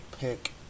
pick